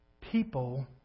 People